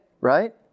right